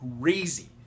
crazy